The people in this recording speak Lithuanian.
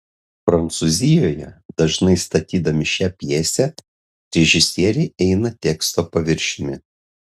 prancūzijoje dažnai statydami šią pjesę režisieriai eina teksto paviršiumi